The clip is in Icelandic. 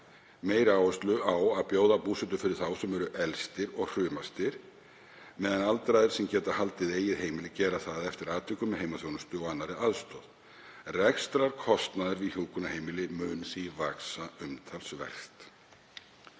meiri áherslu á að bjóða búsetu fyrir þá sem eru elstir og hrumastir meðan aldraðir sem geta haldið eigið heimili gera það, eftir atvikum með heimaþjónustu og annarri aðstoð. Rekstrarkostnaður við hjúkrunarheimili mun því vaxa umtalsvert.“